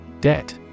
Debt